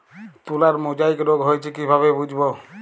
তুলার মোজাইক রোগ হয়েছে কিভাবে বুঝবো?